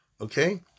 okay